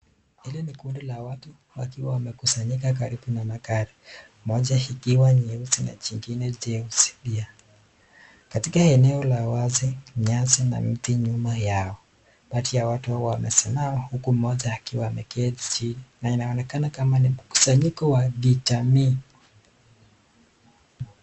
Hili ni kundi la watu wakiwa wamekusanyika karibu na magari .Moja ikiwa nyeusi na jingine jeusi pia. Kati eneo la wazi, nyasi na miti nyuma yao. Baadhi ya watu wamesimama huku mmoja ameketi chini na inaonekana kama ni mkusanyiko kwa kijamii.